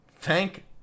Thank